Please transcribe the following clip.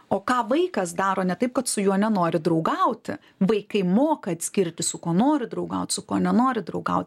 o ką vaikas daro ne taip kad su juo nenori draugauti vaikai moka atskirti su kuo noriu draugaut su kuo nenoriu draugaut